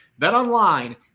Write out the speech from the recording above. BetOnline